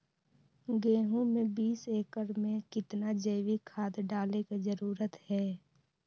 गेंहू में बीस एकर में कितना जैविक खाद डाले के जरूरत है?